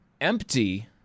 empty